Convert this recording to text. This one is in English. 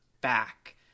back